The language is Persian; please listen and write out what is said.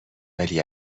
ولی